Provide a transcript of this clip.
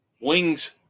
Wings